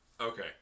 Okay